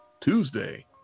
Tuesday